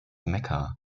mekka